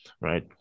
right